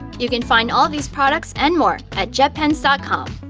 you can find all of these products and more at jetpens ah com.